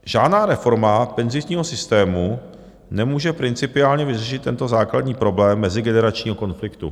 Žádná reforma penzijního systému nemůže principiálně vyřešit tento základní problém mezigeneračního konfliktu.